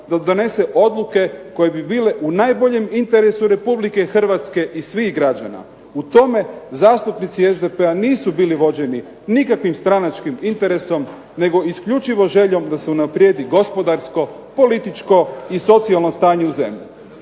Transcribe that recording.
da donese odluke koje bi bile u najboljem interesu RH i svih građana. U tome zastupnici SDP-a nisu bili vođeni nikakvim stranačkim interesom nego isključivo željom da se unaprijedi gospodarsko, političko i socijalno stanje u zemlji.